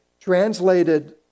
translated